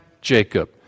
Jacob